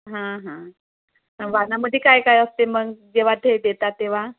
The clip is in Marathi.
हां हां वाणामध्ये काय काय असते मग जेव्हा ते देतात तेव्हा